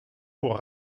pour